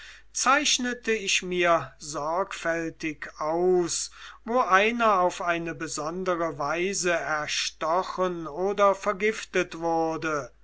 zeichnete ich mir sorgfältig aus wo einer auf eine besondere weise erstochen oder vergiftet wurde